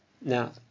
Now